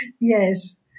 Yes